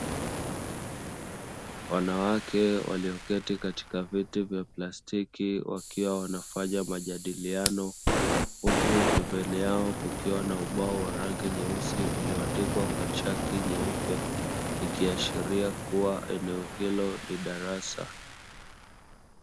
Wanawake walioketi katika viti vya plastiki wakiwa wanafanya majadiliano huku pembeni yao kukiwa na ubao wa rangi nyeusi ulioandikwa kwa chaki nyeupe ikiashiria kuwa eneo hilo ni darasa.